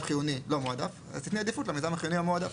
חיוני לא מועדף אז תני עדיפות למיזם החיוני המועדף.